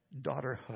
daughterhood